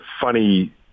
funny